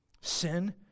Sin